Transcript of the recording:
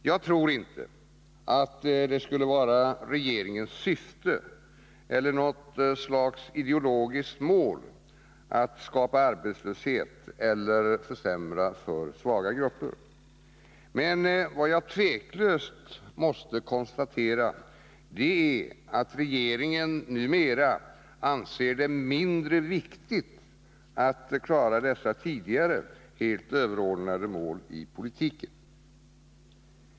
Jag tror inte att det skulle vara regeringens syfte eller något slags ideologiskt mål att skapa arbetslöshet eller försämra för svaga grupper. Men vad jag tveklöst måste konstatera är att regeringen numera anser det mindre viktigt att klara dessa tidigare helt överordnade mål i politiken.